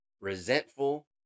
resentful